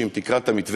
שאם תקרא את המתווה,